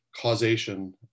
causation